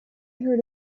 heard